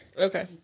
Okay